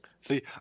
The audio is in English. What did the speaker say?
See